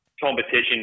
competition